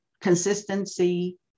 consistency